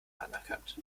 anerkannt